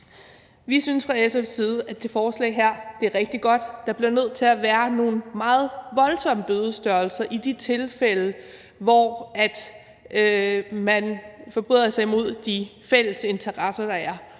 Vi synes fra SF's side, at det her forslag er rigtig godt. Der bliver nødt til at være nogle meget voldsomme bødestørrelser i de tilfælde, hvor man forbryder sig imod de fælles interesser, der er.